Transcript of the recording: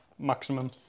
maximum